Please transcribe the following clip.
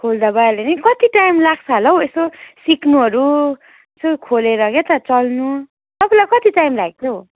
खोल्दा भइहाल्यो नि कति टाइम लाग्छ होला हौ यसो सिक्नुहरू यसो खोलेर क्या त चल्नु तपाईँलाई कति टाइम लागेको थियो हौ